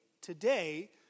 today